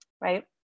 right